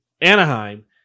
Anaheim